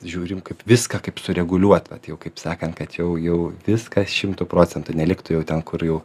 žiūrim kaip viską kaip sureguliuot vat jau kaip sakant kad jau jau viskas šimtu procentų neliktų jau ten kur jau